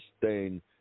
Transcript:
sustain